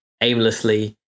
aimlessly